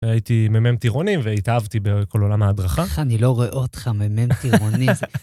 הייתי מ"מ טירונים והתאהבתי בכל עולם ההדרכה. איך אני לא רואה אותך מ"מ טירונים.